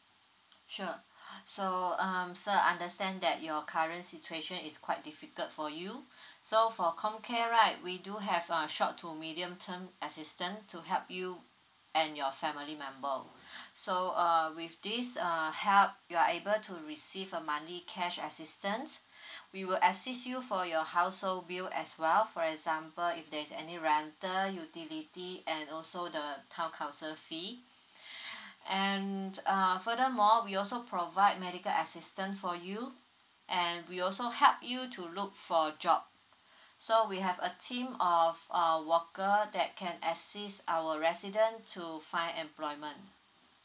sure so um sir I understand that your current situation is quite difficult for you so for COMCARE right we do have uh short to medium term assistant to help you and your family member so uh with this err help you are able to receive a monthly cash assistance we will assist you for your household bill as well for example if there's any rental utility and also the town council fee and err furthermore we also provide medical assistant for you and we also help you to look for a job so we have a team of uh worker that can assist our resident to find employment